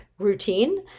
routine